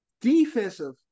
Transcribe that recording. defensive